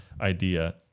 idea